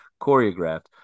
choreographed